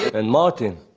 and martin.